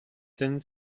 denn